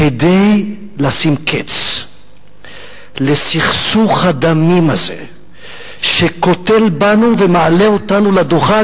כדי לשים קץ לסכסוך הדמים הזה שקוטל בנו ומעלה אותנו לדוכן,